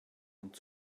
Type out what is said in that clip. und